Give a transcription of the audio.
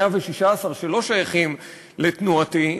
116 שלא שייכים לתנועתי,